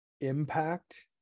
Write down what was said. impact